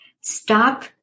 Stop